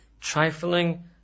trifling